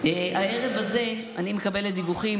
הערב הזה אני מקבלת דיווחים,